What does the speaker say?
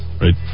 right